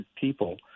people